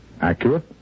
Accurate